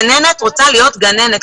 גננת רוצה להיות גננת,